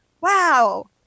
wow